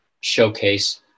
showcase